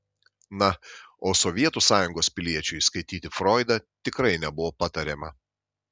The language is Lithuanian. na o sovietų sąjungos piliečiui skaityti froidą tikrai nebuvo patariama